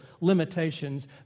limitations